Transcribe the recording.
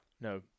No